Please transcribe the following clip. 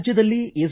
ರಾಜ್ಯದಲ್ಲಿ ಎಸ್